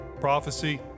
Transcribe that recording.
prophecy